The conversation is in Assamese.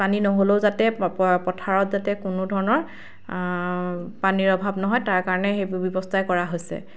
পানী নহ'লও যাতে প পথাৰত যাতে কোনোধৰণৰ পানীৰ অভাৱ নহয় তাৰ কাৰণে সেইবোৰ ব্যৱস্থা কৰা হৈছে